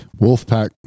Wolfpack